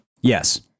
Yes